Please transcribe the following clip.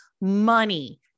money